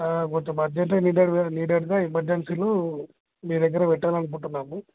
కొంచెం అర్జెంటుగా నీడెడ్ నీడెడ్గా ఎమర్జెన్సీలో మీ దగ్గర పెట్టాలి అనుకుంటున్నాము